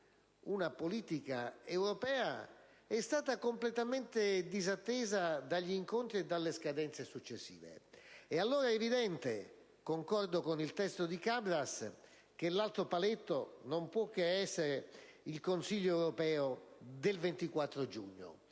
una politica europea, è stata completamente disattesa dagli incontri e dalle scadenze successive. È evidente allora ‑ concordo con il senatore Cabras ‑ che l'altro paletto non può che essere il Consiglio europeo che si riunirà